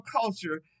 culture